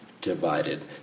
divided